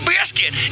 Biscuit